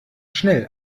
schnell